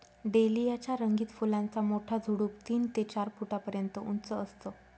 dahlia च्या रंगीत फुलांचा मोठा झुडूप तीन ते चार फुटापर्यंत उंच असतं